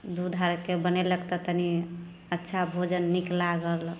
दूध आरके बनेलक तऽ तनी अच्छा भोजन नीक लागल